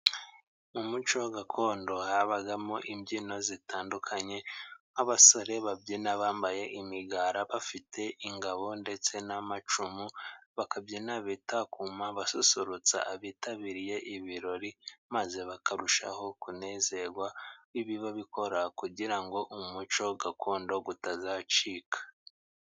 Mu muco gakondo habagamo imbyino zitandukanye. Abasore babyina bambaye imigara, bafite ingabo ndetse n'amacumu, bakabyina bitakuma basusurutsa abitabiriye ibirori, maze bakarushaho kunezerwa. Ibi babikora kugira ngo umuco gakondo utazacika.